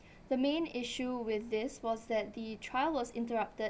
the main issue with this was that the trial was interrupted